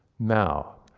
now,